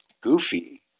Goofy